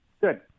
Good